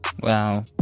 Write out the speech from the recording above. Wow